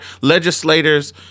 legislators